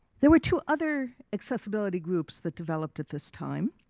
there were two other accessibility groups that developed at this time.